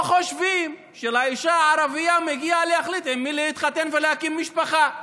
לא חושבים שלאישה הערבייה מגיע להחליט עם מי להתחתן ולהקים משפחה.